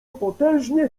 potężnie